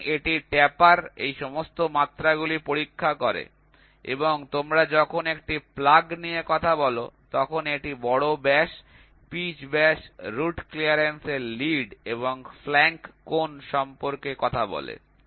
সুতরাং এটি ট্যাপার এই সমস্ত মাত্রাগুলি পরীক্ষা করে এবং তোমরা যখন একটি প্লাগ নিয়ে কথা বল তখন এটি বড় ব্যাস পিচ ব্যাস রুট ক্লিয়ারেন্সের লিড এবং ফ্ল্যাঙ্ক কোণ সম্পর্কে কথা বলে